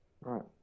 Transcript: Right